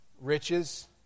riches